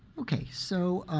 ok, so